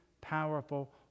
powerful